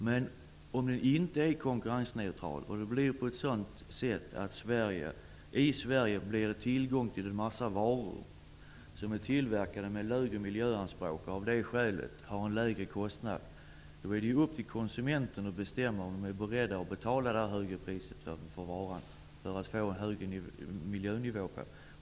Men om den inte är konkurrensneutral, och det i Sverige finns tillgång till en mängd varor som är tillverkade med lägre miljöanspråk, vilka av det skälet kostar mindre, är det upp till konsumenterna att bestämma om de är beredda att betala det högre priset för att få en högre miljönivå.